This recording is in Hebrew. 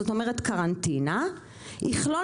זאת אומר קרנטינה יכלול,